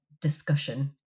discussion